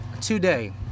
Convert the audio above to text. today